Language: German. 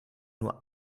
nur